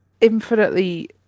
infinitely